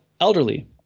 elderly